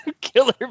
killer